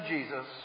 Jesus